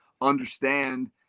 understand